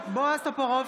טל,